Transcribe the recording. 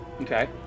Okay